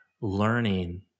learning